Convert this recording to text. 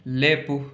ꯂꯦꯞꯄꯨ